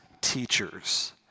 teachers